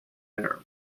maryland